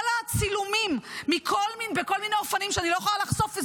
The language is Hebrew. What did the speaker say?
כל הצילומים בכל מיני אופנים שאני לא יכולה לחשוף,